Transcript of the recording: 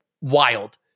wild